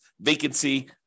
vacancy